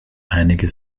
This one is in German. einige